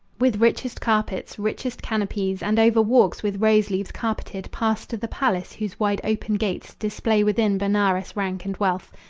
with richest carpets, richest canopies, and over walks with rose-leaves carpeted pass to the palace, whose wide open gates display within benares' rank and wealth,